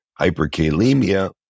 hyperkalemia